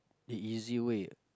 easy way